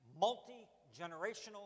multi-generational